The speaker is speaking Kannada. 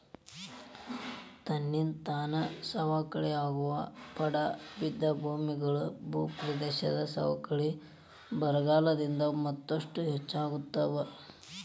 ತನ್ನಿಂತಾನ ಸವಕಳಿಯಾಗೋ ಪಡಾ ಬಿದ್ದ ಭೂಮಿಗಳು, ಭೂಪ್ರದೇಶದ ಸವಕಳಿ ಬರಗಾಲದಿಂದ ಮತ್ತಷ್ಟು ಹೆಚ್ಚಾಗ್ತಾವ